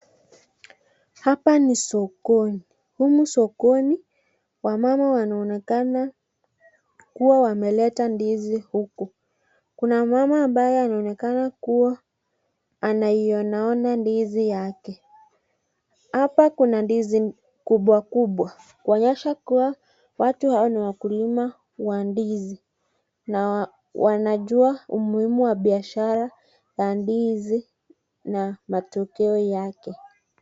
Hapa ni sokoni. Humu sokoni wamama wanaonekana kuwa wameleta ndizi huku. Kuna mama ambaye anaonekana kuwa anaionaona ndizi yake, hapa kuna ndizi kubwa kubwa kuonyesha kuwa watu hawa ni wakulima wa ndizi na wanajua umuhimu wa biashara ya ndizi na matokeo yake.